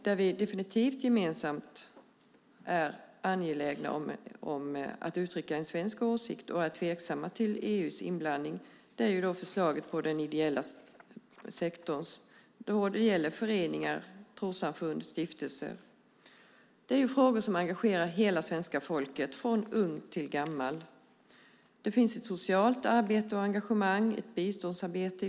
Där vi definitivt är angelägna om att gemensamt uttrycka en svensk åsikt och där vi är tveksamma till EU:s inblandning gäller förslaget om den ideella sektorn, alltså föreningar, trossamfund, stiftelser. Det är en fråga som engagerar hela svenska folket, från ung till gammal. Här handlar det om socialt arbete och engagemang och biståndsarbete.